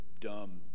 dumb